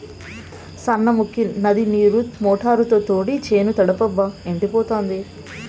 సార్నముకీ నది నీరు మోటారుతో తోడి చేను తడపబ్బా ఎండిపోతాంది